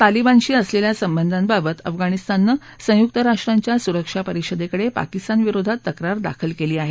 तालिबानशी असलेल्या संबंधांबाबत अफगाणिस्ताननं संयुक्त राष्ट्रांच्या सुरक्षा परिषदेकडे पाकिस्तान विरोधात तक्रार दाखल केली आहे